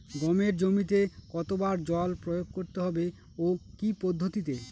গমের জমিতে কতো বার জল প্রয়োগ করতে হবে ও কি পদ্ধতিতে?